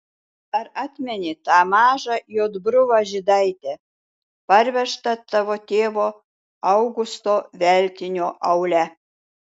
ar atmeni tą mažą juodbruvą žydaitę parvežtą tavo tėvo augusto veltinio aule